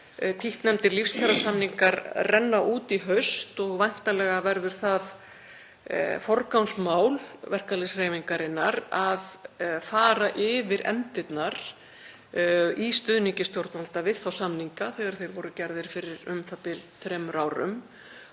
títtnefndir lífskjarasamningar renna út í haust. Væntanlega verður það forgangsmál verkalýðshreyfingarinnar að fara yfir efndirnar í stuðningi stjórnvalda við þá samninga þegar þeir voru gerðir fyrir u.þ.b. þremur árum.